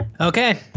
Okay